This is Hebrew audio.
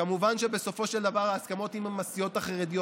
כמובן שבסופו של דבר ההסכמות הן עם הסיעות החרדיות,